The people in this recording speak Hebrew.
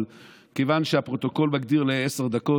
אבל כיוון שהפרוטוקול מגדיר עשר דקות,